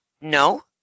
No